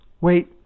wait